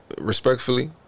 respectfully